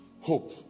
hope